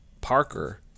Parker